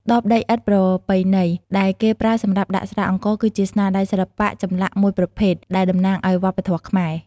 ដបដីឥដ្ឋប្រពៃណីដែលគេប្រើសម្រាប់ដាក់ស្រាអង្ករ គឺជាស្នាដៃសិល្បៈចម្លាក់មួយប្រភេទ ដែលតំណាងឱ្យវប្បធម៌ខ្មែរ។